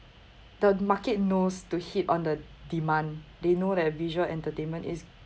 the market knows to hit on the demand they know that visual entertainment is